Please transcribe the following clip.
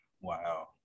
Wow